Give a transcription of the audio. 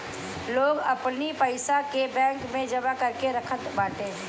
लोग अपनी पईसा के बैंक में जमा करके रखत बाटे